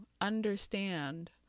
understand